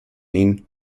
ihnen